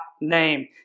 name